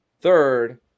Third